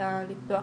סיפור